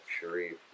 Sharif